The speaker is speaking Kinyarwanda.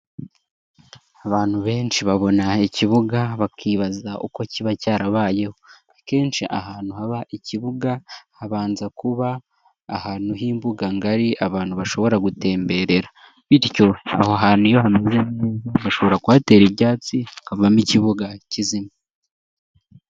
Abantu benshi babona ikibuga bakibaza uko kiba cyarabayeho, akenshi ahantu haba ikibuga, habanza kuba ahantu h'imbuga ngari abantu bashobora gutemberera, bityo aho hantu iyo hameze neza, bashobora kuhatera ibyatsi hakavamo ikibuga kizima.